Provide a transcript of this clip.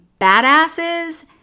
Badasses